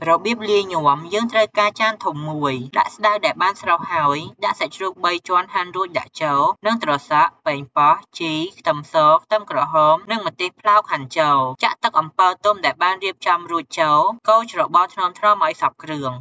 របៀបលាយញាំយើងត្រូវកាត់ចានធំមួយ ដាក់ ស្តៅ ដែលបានស្រុះហើយ ដាក់សាច់ជ្រូកបីជាន់ហាន់រួចដាក់ចូល និង ត្រសក់ ប៉េងបោះ ជី ខ្ទឺមស ខ្ទឺមក្រហមនិង ម្ទេសផ្លោកហាន់ចូលចាក់ ទឹកអំពិលទុំ ដែលបានរៀបចំរួចចូល កូរច្របល់ថ្នមៗឲ្យសព្វគ្រឿង។